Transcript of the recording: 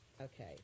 Okay